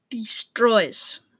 destroys